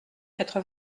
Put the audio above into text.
quatre